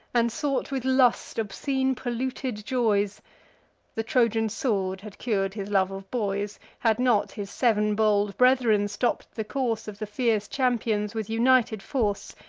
and sought with lust obscene polluted joys the trojan sword had curd his love of boys, had not his sev'n bold brethren stopp'd the course of the fierce champions, with united force.